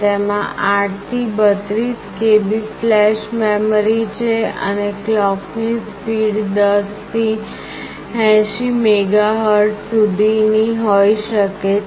તેમાં 8 થી 32KB flash memory છે અને ક્લૉકની ઝડપ 10 થી 80 મેગાહર્ટઝ સુધી ની હોઈ શકે છે